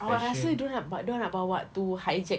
awak rasa dorang nak bawa tu hijack